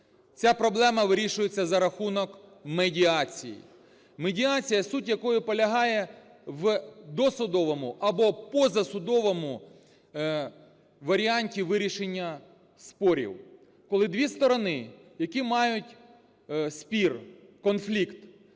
Ця проблема вирішується за рахунок медіацій. Медіація, суть якої полягає в досудовому або позасудовому варіанті вирішення спорів, коли дві сторони, які мають спір, конфлікт,